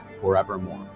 forevermore